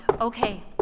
Okay